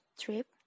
trip